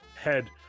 head